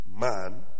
man